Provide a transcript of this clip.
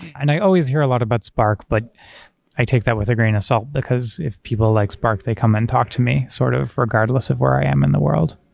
and i always hear a lot about spark, but i take that with a grain of salt, because if people like spark, they come and talk to me sort of regardless of where i am in the world.